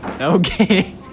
Okay